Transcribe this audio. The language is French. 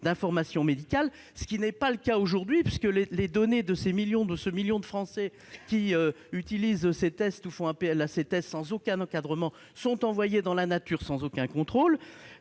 d'informations médicales, ce qui n'est pas le cas aujourd'hui, puisque les données du million de Français qui ont eu recours à ces tests sans aucun encadrement sont envoyées dans la nature sans aucun contrôle.